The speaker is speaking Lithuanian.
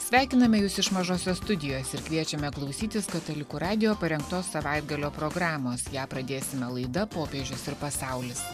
sveikiname jus iš mažosios studijos ir kviečiame klausytis katalikų radijo parengtos savaitgalio programos ją pradėsime laida popiežius ir pasaulis